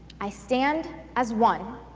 i stand as one,